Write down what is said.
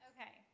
Okay